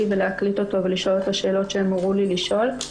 ולהקליט אותו ולשאול אותו שאלות שאמרו לי לשאול.